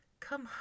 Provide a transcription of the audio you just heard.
Come